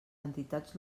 entitats